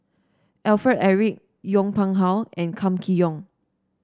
Alfred Eric Yong Pung How and Kam Kee Yong